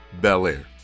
Belair